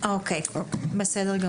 בסדר.